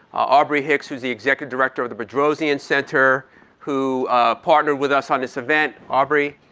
aubrey hicks who's the executive director of the bedrosian center who partnered with us on this event, aubrey.